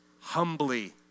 humbly